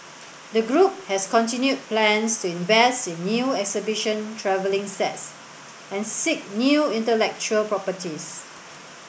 the group has continued plans to invest in new exhibition travelling sets and seek new intellectual properties